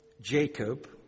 Jacob